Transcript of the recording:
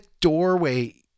doorway